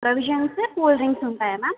provisions cold drinks ఉంటాయా ma'am